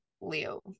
Leo